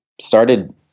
started